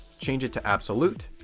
change it to absolute